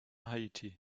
haiti